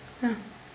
ah